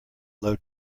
low